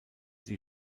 die